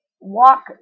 walk